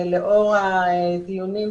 יכול להיות שנוכל לקיים על זה דיון.